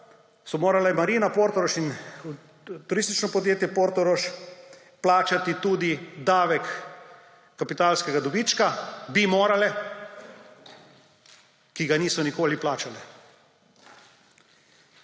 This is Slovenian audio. so morala Marina Portorož in Turistično podjetje Portorož plačati tudi davek kapitalskega dobička, bi morala, ki ga niso nikoli plačala.